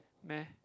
meh